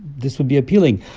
this would be appealing,